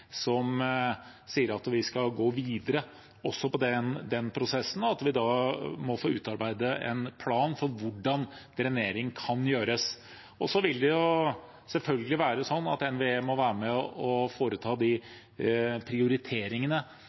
sier at vi skal gå videre også med den prosessen, og at vi må få utarbeidet en plan for hvordan drenering kan gjøres. NVE må selvfølgelig være med og foreta de prioriteringene som må gjøres, når det eventuelt er behov for at